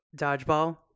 Dodgeball